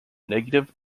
negative